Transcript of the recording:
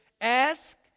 ask